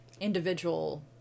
Individual